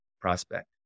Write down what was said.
prospect